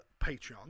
Patreon